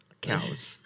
cows